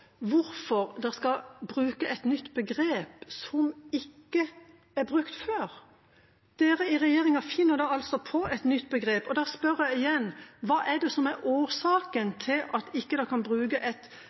er brukt før. I regjeringa finner man altså på et nytt begrep. Da spør jeg igjen: Hva er årsaken til at man ikke kan bruke et begrep som er